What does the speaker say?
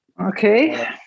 Okay